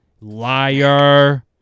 liar